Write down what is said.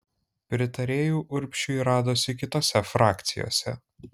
pritarėjų urbšiui radosi kitose frakcijose